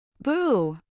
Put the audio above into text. Boo